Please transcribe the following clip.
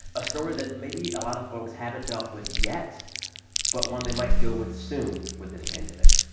a story that maybe a lot of folks haven't dealt with yet but one they might deal with soon with this pandemic.